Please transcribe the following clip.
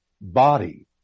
body